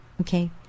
Okay